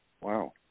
Wow